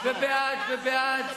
בעד ובעד.